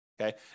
okay